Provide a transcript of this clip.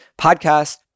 podcast